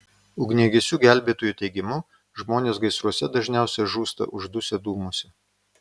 ugniagesių gelbėtojų teigimu žmonės gaisruose dažniausiai žūsta uždusę dūmuose